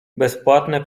bezpłatne